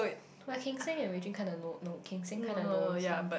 but King-seng and Wei-jun kinda know know King-seng kinda knows him